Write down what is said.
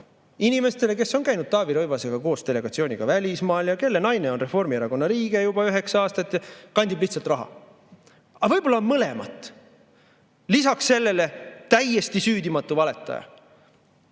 inimesele, kes on käinud Taavi Rõivasega koos delegatsiooniga välismaal ja kelle naine on Reformierakonna liige juba üheksa aastat, kandib lihtsalt raha. Aga võib-olla on mõlemat. Lisaks sellele täiesti süüdimatu valetaja.